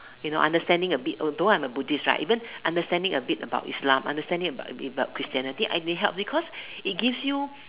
you know understanding a bit although I'm a Buddhist right understanding a bit about Islam understanding about Christianity may help because it gives you